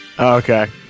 Okay